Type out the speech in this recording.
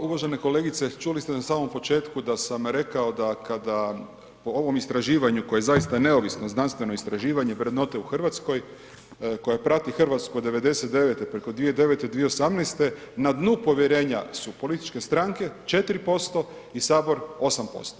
Pa uvažena kolegice, čuli ste na samom početku da sam rekao da kada po ovom istraživanju koje je zaista neovisno znanstveno istraživanje vrednote u Hrvatskoj, koja prati Hrvatsku od '99. preko 2009., 2018., na dnu povjerenja su političke stranke, 4% i Sabor 8%